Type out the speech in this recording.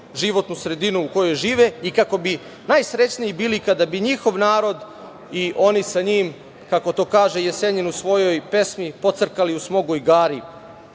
životnu sredinu u kojoj žive i kako bi najsrećniji bili kada bi njihov narod i oni sa njim, kako to kaže i Jesenjin u svojoj pesmi, pocrkali u smogu i gari.